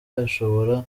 ashobora